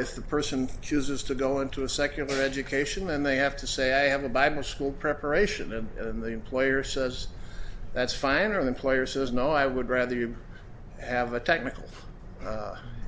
is the person chooses to go into a secular education and they have to say i have to buy the school preparation and in the employer says that's fine or the player says no i would rather you have a technical